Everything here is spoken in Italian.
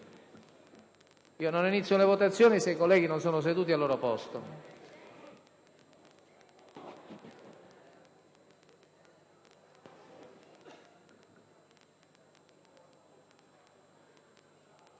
Non inizio le votazioni se i colleghi non sono seduti al loro posto.